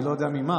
אני לא יודע ממה.